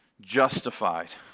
Justified